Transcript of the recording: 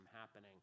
happening